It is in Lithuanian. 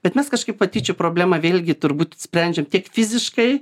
bet mes kažkaip patyčių problemą vėlgi turbūt sprendžiam tiek fiziškai